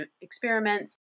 experiments